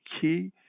key